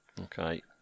Okay